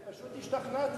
אני פשוט השתכנעתי.